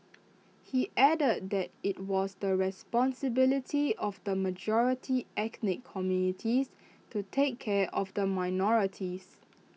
he added that IT was the responsibility of the majority ethnic communities to take care of the minorities